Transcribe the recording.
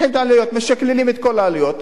משקללים את כל העלויות,